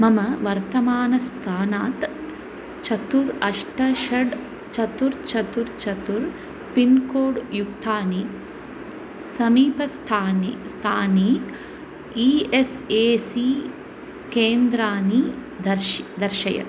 मम वर्तमानस्थानात् चत्वारि अष्ट षड् चत्वारि चत्वारि चत्वारि पिन्कोड् युक्तानि समीपस्थानि स्थानम् ई एस् ए सी केन्द्राणि दर्शय दर्शय